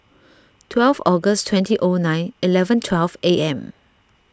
twelve August twenty O nine eleven twelve A M